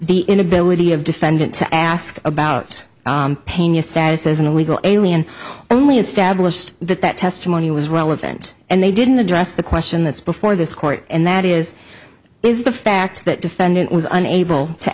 the inability of defendant to ask about pena's status as an illegal alien only established that that testimony was relevant and they didn't address the question that's before this court and that is is the fact that defendant was unable to